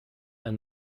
ein